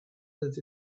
that